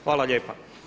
Hvala lijepa.